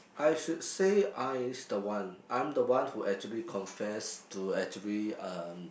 I should say I is the one I'm the one who actually confess to actually um